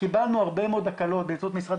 קיבלנו הרבה מאוד הקלות באמצעות משרד